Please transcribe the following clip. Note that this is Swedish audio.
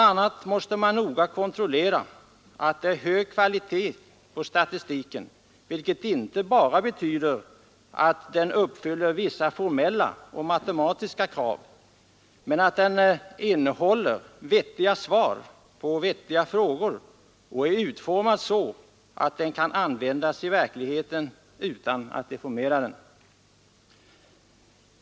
a. måste man noga kontrollera att det är hög kvalitet på statistiken, vilket inte bara betyder att den uppfyller vissa formella och matematiska krav, men att den innehåller vettiga svar på vettiga frågor och är utformad så att den kan användas i verkligheten utan att deformeras.